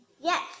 Yes